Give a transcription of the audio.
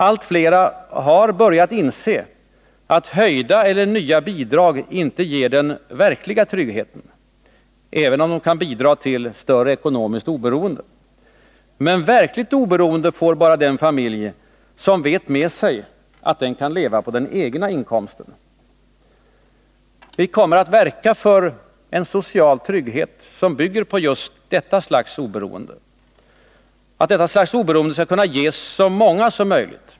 Allt flera har börjat inse att höjda eller nya bidrag inte ger den verkliga tryggheten, även om de kan bidra till större ekonomiskt oberoende. Men verkligt oberoende får bara den familj som vet med sig att den kan leva på den egna inkomsten. Vi kommer att verka för en social trygghet som bygger på just detta slags oberoende och att detta slags oberoende skall ges så många som möjligt.